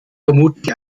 vermutlich